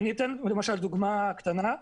אני אתן לשל דוגמה קטנה.